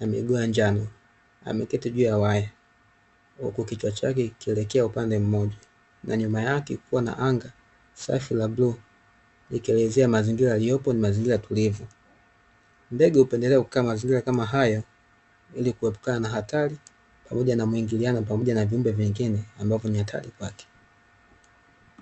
na miguu ya njano; ameketi juu ya waya, huku kichwa chake kikielekea upande mmoja. Na nyuma yake kukiwa na anga safi la bluu, likielezea mazingira aliyopo ni mazingira tulivu. Ndege hupendelea kukaa mazingira kama haya ili kuepukana na hatari, pamoja na mwingiliano pamoja na viumbe vingine ambavyo ni hatari kwake.